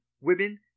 women